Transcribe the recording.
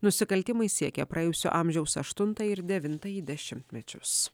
nusikaltimai siekia praėjusio amžiaus aštuntąjį ir devintąjį dešimtmečius